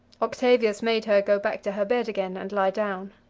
octavius made her go back to her bed again and lie down.